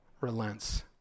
relents